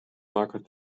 makket